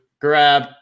grab